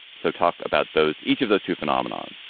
so talk about those each of those two phenomenon